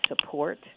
support